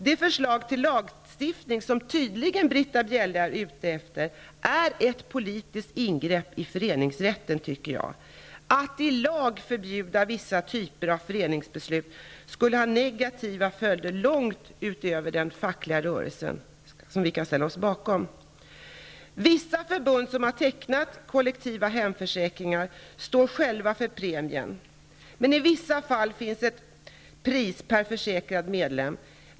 Det förslag till lagstiftning som Britta Bjelle tydligen är ute efter är enligt min mening ett politiskt ingrepp i föreningsrätten. Att i lag förbjuda vissa typer av föreningsbeslut skulle få negativa följder långt utöver den fackliga rörelsen, och det kan vi inte ställa oss bakom. Vissa förbund som har tecknat kollektiva hemförsäkringar står själva för premien. Men i vissa fall finns ett pris per försäkrad medlem.